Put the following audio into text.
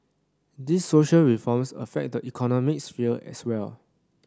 these social reforms affect the economy sphere as well